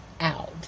out